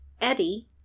Eddie